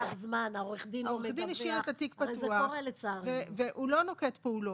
עורך הדין השאיר את התיק פתוח והוא לא נוקט פעולות.